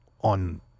on